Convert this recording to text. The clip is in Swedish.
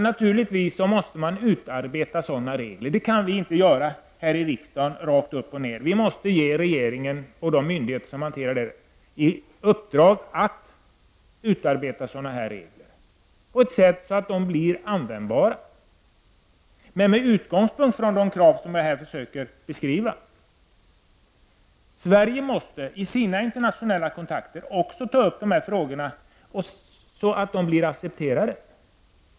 Naturligtvis måste det utarbetas regler för provtagning, något som vi inte kan göra här i riksdagen rakt upp och ned. Vi måste ge regeringen och de myndigheter som hanterar dessa frågor i uppdrag att utarbeta regler på ett sätt som gör dem användbara. Utgångspunkten skall vara de krav som jag här har försökt beskriva. Sverige måste i sina internationella kontakter diskutera dessa frågor och få sina krav accepterade.